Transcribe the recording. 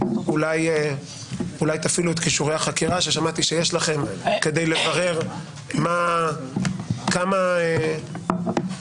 אולי תפעילו את כישורי החקירה ששמעתי שיש לכם כדי לברר כמה סוסים